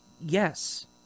Yes